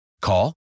Call